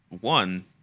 One